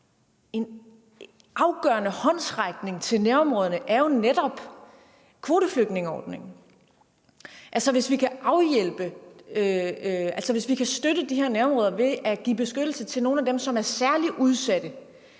En afgørende håndsrækning til nærområderne er jo netop kvoteflygtningeordningen. Kl. 18:09 Altså, hvis vi kan støtte de her nærområder ved at give beskyttelse til nogle af dem, som er særlig udsatte